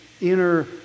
inner